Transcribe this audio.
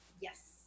Yes